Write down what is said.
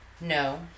No